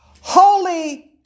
holy